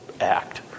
Act